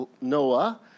Noah